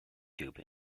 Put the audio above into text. tube